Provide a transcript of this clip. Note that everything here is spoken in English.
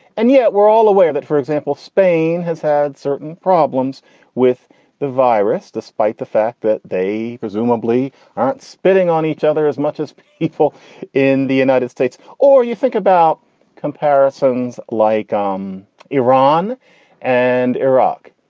and yet we're all aware of that. for example, spain has had certain problems with the virus despite the fact that they presumably aren't spitting on each other as much as people in the united states. or you think about comparisons like um iran and iraq.